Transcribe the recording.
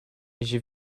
j’ai